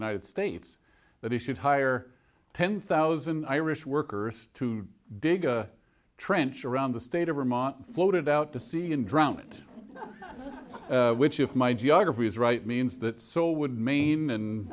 united states that he should hire ten thousand irish workers to dig a trench around the state of vermont floated out to sea and drown it which if my geography is right means that so would maine